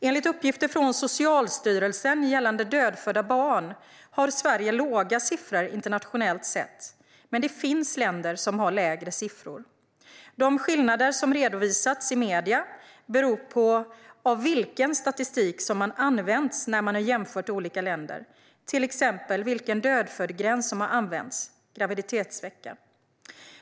Enligt uppgifter från Socialstyrelsen gällande dödfödda barn har Sverige låga siffror internationellt sett, men det finns länder som har lägre siffror. De skillnader som har redovisats i medierna beror på vilken statistik som har använts när man har jämfört olika länder, till exempel vid vilken graviditetsvecka som dödföddgränsen har varit.